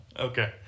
Okay